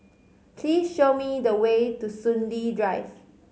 please show me the way to Soon Lee Drive